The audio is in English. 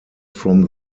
from